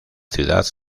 ciudad